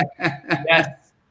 Yes